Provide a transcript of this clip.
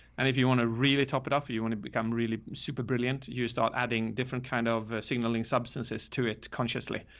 and if you want to really top it off or you want to become really super brilliant, you start adding different kind of signaling substances to it. consciously.